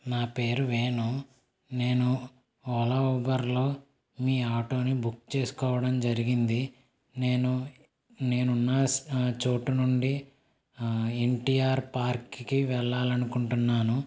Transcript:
నా పేరు వేణు నేను ఓలా ఊబర్లో మీ ఆటోని బుక్ చేసుకోవడం జరిగింది నేను నేనున్న స్ చోటు నుండి ఎన్టిఆర్ పార్క్కి వెళ్లాలనుకుంటున్నాను